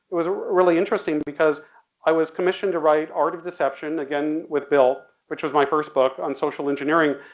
was really interesting because i was commissioned to write art of deception, again with bill, which was my first book on social engineering.